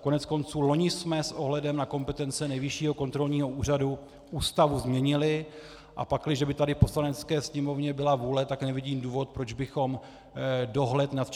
Koneckonců loni jsme s ohledem na kompetence Nejvyššího kontrolního Ústavu změnili, pakliže by tady v Poslanecké sněmovně byla vůle, pak nevidím důvod, proč bychom dohled nad